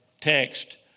text